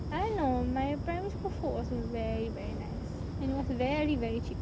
I don't know my primary school food was very very nice and it was very very cheap